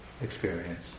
experience